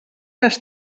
les